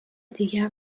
دیگر